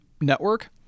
network